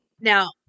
Now